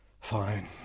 Fine